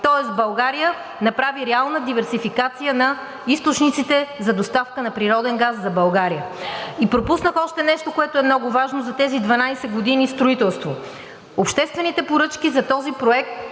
Тоест България направи реална диверсификация на източниците за доставка на природен газ за България. Пропуснах още нещо, което е много важно – за тези 12 години строителство. Обществените поръчки за този проект